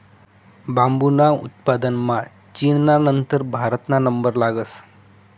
बांबूना उत्पादनमा चीनना नंतर भारतना नंबर लागस